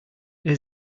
der